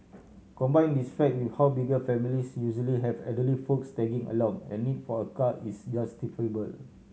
combine this fact with how bigger families usually have elderly folks tagging along a need for a car is justifiable